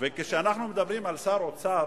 כשאנחנו מדברים על שר אוצר